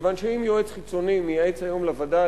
מכיוון שאם יועץ חיצוני מייעץ היום לווד"ל,